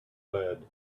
lead